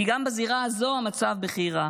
כי גם בזירה הזאת המצב בכי רע.